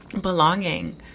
belonging